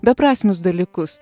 beprasmius dalykus